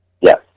Yes